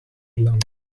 gelangen